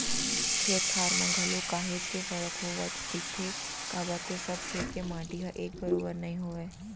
खेत खार म घलोक काहेच के फरक होवत दिखथे काबर के सब खेत के माटी ह एक बरोबर नइ होवय